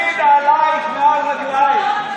שלי נעלייך מעל רגלייך,